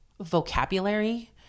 vocabulary